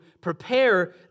prepare